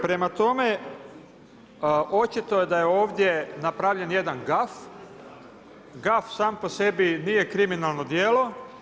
Prema tome, očito je da je ovdje napravljen jedan gaf, gaf sam po sebi nije kriminalno djelo.